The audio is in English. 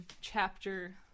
chapter